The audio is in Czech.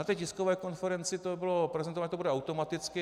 Na tiskové konferenci to bylo prezentováno, že to bude automaticky.